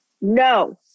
no